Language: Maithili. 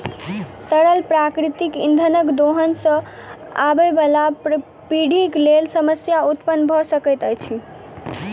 तरल प्राकृतिक इंधनक दोहन सॅ आबयबाला पीढ़ीक लेल समस्या उत्पन्न भ सकैत अछि